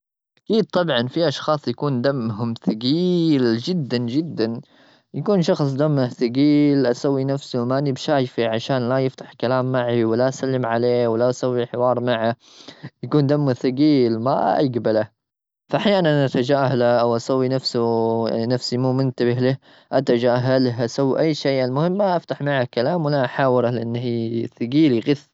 أكيد، طبعا، في أشخاص يكون دمهم ثجيل جدا-جدا. يكون شخص دمه ثجيل، أسوي نفسي ما أنا شايفه عشان لا يفتح كلام معي. ولا أسلم عليه، ولا أسوي حوار معه، يكون دمه ثجيل. ما اجبلة، فأحيانا نتجاهله أو أسوي نفسه-نفسي مو منتبه له. أتجاهله، أسوي أي شيء، المهم ما أفتح معه كلام وأنا أحاوره، لأن هي ثجيل، يغث.